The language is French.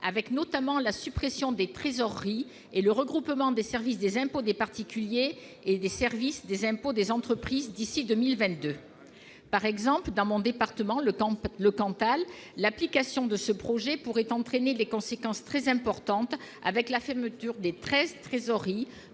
avec, notamment, la suppression des trésoreries et le regroupement des services des impôts des particuliers et des services des impôts des entreprises d'ici à 2022. Ainsi, dans le département dont je suis élue, le Cantal, l'application de ce projet pourrait avoir des conséquences très importantes, avec la fermeture de treize trésoreries,